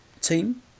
team